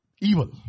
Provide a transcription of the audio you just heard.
Evil